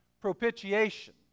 propitiation